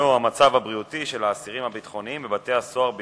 המצב הבריאותי של האסירים הביטחוניים בבתי-הסוהר בישראל,